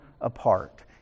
apart